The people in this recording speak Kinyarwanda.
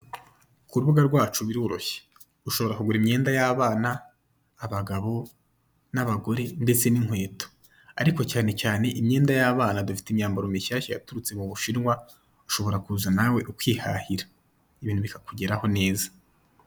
Ku rubuga rwacu biroroshye, ushobora kugura imyenda y'abana, abagabo n'abagore ndetse n'inkweto, ariko cyane cyane imyenda y'abana, dufite imyambaro mishyashya yaturutse mu Bushinwa, ushobora kuza nawe ukihahira, ibintu bikakugeraho neza.